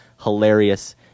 Hilarious